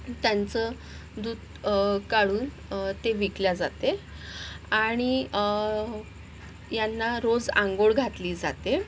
त्यांचं दूध काळून ते विकल्या जाते आणि यांना रोज अंघोळ घातली जाते